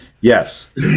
Yes